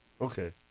Okay